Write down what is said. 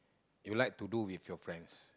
you like to do with your friends